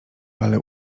ale